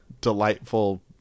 Delightful